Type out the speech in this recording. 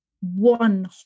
one